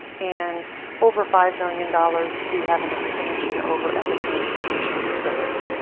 and over five million dollars to have an expansion over at the transportation facility.